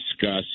discuss